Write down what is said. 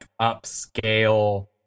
upscale